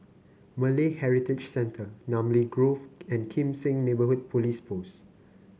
Malay Heritage Center Namly Grove and Kim Seng Neighbourhood Police Post